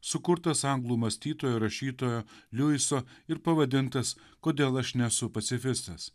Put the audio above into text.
sukurtas anglų mąstytojo rašytojo liuiso ir pavadintas kodėl aš nesu pacifistas